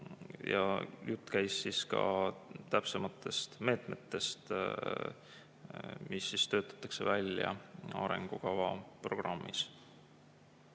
Jutt käis ka täpsematest meetmetest, mis töötatakse välja arengukava programmis.